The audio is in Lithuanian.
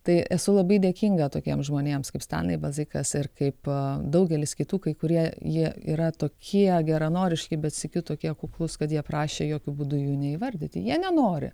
tai esu labai dėkinga tokiems žmonėms kaip stanliai balzekas ir kaip daugelis kitų kai kurie jie yra tokie geranoriški bet sykiu tokie kuklūs kad jie prašė jokiu būdu jų neįvardyti jie nenori